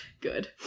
Good